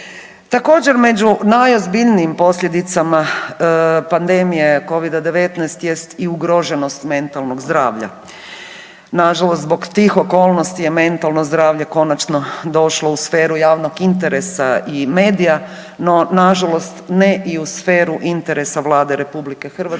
Također, među najozbiljnijim posljedicama pandemije Covida-19 jest i ugroženost mentalnog zdravlja. Nažalost zbog tih okolnosti je mentalno zdravlje konačno došlo u sferu javnog interesa i medija, no, nažalost ne i u sferu interesa Vlade RH, pa